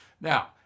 Now